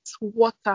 water